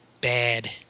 bad